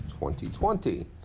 2020